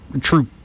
true